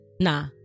nah